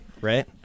Right